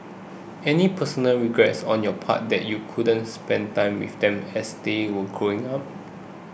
any personal regrets on your part that you couldn't spend time with them as they were growing up